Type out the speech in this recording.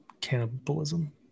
cannibalism